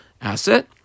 asset